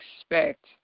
expect